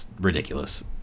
ridiculous